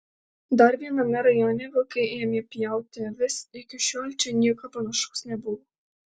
dar viename rajone vilkai ėmė pjauti avis iki šiol čia nieko panašaus nebuvo